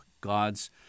God's